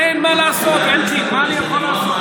אין מה לעשות, אלקין, מה אני יכול לעשות.